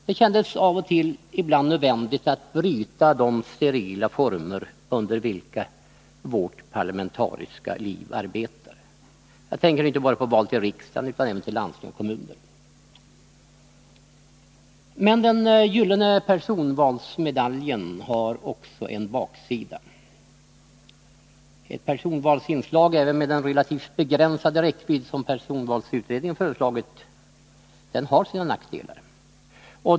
Det känns ibland nödvändigt att bryta de sterila former som gäller för vårt parlamentariska liv —-jag tänker då inte bara på val till riksdagen utan även på val till landsting och kommuner. Men den gyllene personvalsmedaljen har också en baksida. Ett personvalsinslag, även med den relativt begränsade räckvidd som personvalsutredningen föreslagit, har sina nackdelar.